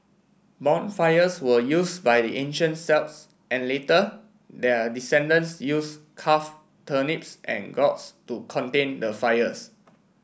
bonfires were used by the ancient Celts and later their descendents use carve turnips and gourds to contain the fires